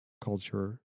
culture